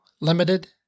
limited